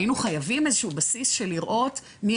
היינו חייבים איזשהו בסיס של לראות מי